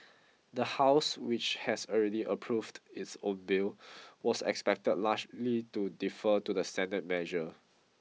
the house which has already approved its own bill was expected largely to defer to the senate measure